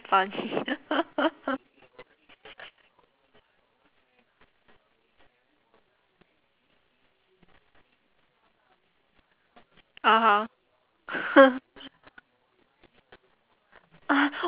funny (uh huh)